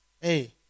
Hey